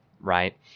right